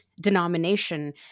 denomination